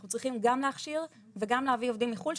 אנחנו צריכים גם להכשיר וגם להביא עובדים מחו"ל.